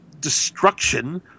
destruction